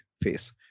face